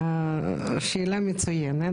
שאלה מצוינת.